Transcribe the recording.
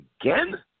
again